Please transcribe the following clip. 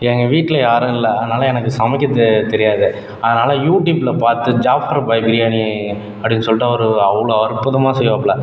எங்கள் வீட்டில் யாருல்லை அதனாலே எனக்குச் சமைக்க தெரியாது அதனால யூடியூப்பில் பார்த்து ஜாஃபர் பாய் பிரியாணி அப்படினு சொல்லிட்டு ஒரு அவ்வளோ அற்புதமாக செய்வாபிலே